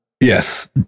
Yes